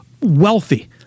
wealthy